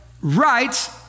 right